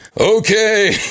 Okay